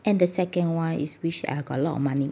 and the second [one] is wish I got a lot of money